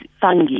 fungi